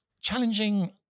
Challenging